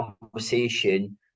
conversation